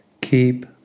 Keep